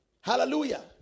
Hallelujah